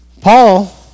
Paul